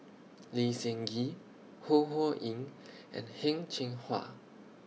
Lee Seng Gee Ho Ho Ying and Heng Cheng Hwa